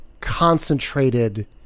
concentrated